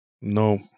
No